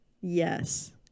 Yes